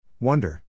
Wonder